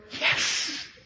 yes